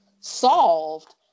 solved